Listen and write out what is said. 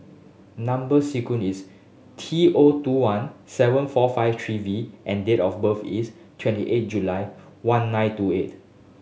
number sequence is T O two one seven four five three V and date of birth is twenty eight July one nine two eight